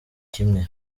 kimwe